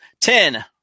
Ten